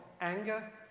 Anger